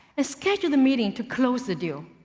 ah schedule the meeting to close the deal.